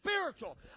spiritual